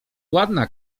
ładna